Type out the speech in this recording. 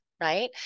right